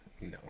No